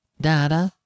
Dada